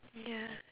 ya